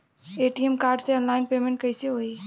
ATM card से online payment कैसे होई?